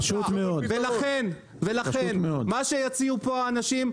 ולכן מה שיציעו פה האנשים,